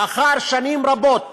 לאחר שנים רבות